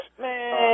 Man